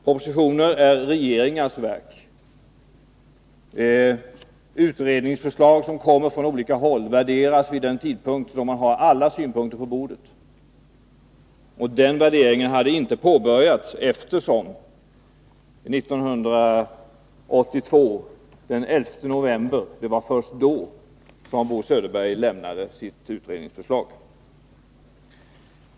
Propositioner är regeringars verk. Utredningsförslag som kommer från olika håll värderas vid den tidpunkt då man har alla synpunkter på bordet. Den värderingen hade inte påbörjats, eftersom det var först den 11 november 1982 som Bo Söderberg lämnade sin utrednings förslag.